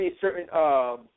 certain